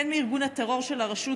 הן מארגון הטרור של הרשות